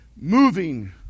moving